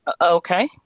Okay